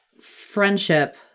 friendship